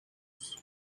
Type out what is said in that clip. use